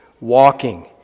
Walking